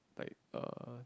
like uh